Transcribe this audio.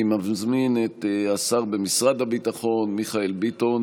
אני מזמין את השר במשרד הביטחון מיכאל ביטון